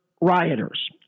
rioters